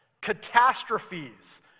catastrophes